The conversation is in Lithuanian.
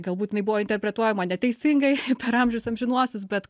galbūt jinai buvo interpretuojama neteisingai per amžius amžinuosius bet